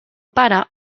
pare